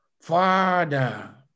Father